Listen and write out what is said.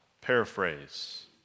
Paraphrase